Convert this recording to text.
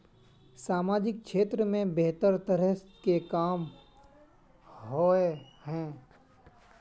सामाजिक क्षेत्र में बेहतर तरह के काम होय है?